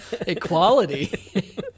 Equality